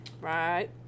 Right